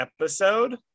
episode